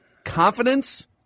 confidence